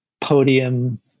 podium